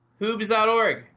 Hoobs.org